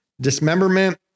dismemberment